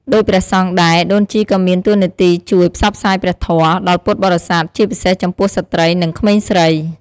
ដូចព្រះសង្ឃដែរ ដូនជីក៏មានតួនាទីជួយ ផ្សព្វផ្សាយព្រះធម៌ ដល់ពុទ្ធបរិស័ទ ជាពិសេសចំពោះស្ត្រី និងក្មេងស្រី។